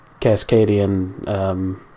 Cascadian